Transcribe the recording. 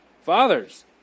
Fathers